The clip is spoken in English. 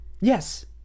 Yes